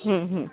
হুম হুম